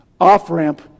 off-ramp